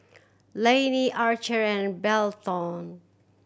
Layne Archer and Belton